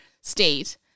state